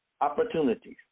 opportunities